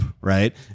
right